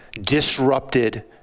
disrupted